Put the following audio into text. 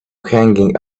hanging